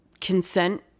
consent